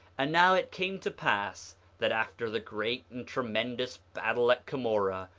and now it came to pass that after the great and tremendous battle at cumorah,